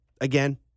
again